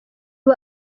ubu